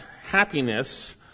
happiness